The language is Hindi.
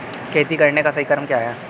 खेती करने का सही क्रम क्या है?